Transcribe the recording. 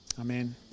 Amen